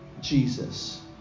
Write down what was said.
Jesus